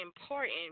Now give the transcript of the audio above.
important